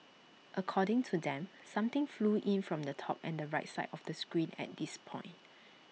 according to them something flew in from the top and the right side of the screen at this point